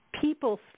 people